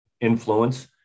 influence